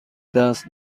دست